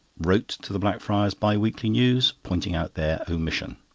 wrote to the blackfriars bi-weekly news, pointing out their omission.